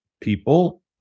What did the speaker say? people